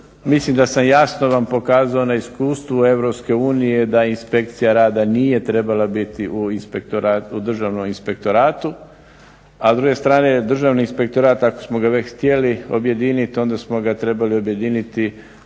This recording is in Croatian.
mislim da sam jasno vam pokazao neiskustvo Europske unije da inspekcija rada nije trebala biti u Državnom inspektoratu, a s druge strane Državni inspektorat ako smo ga već htjeli objedinit onda smo ga trebali objediniti u